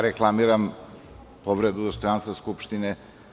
Reklamiram povredu dostojanstva Skupštine.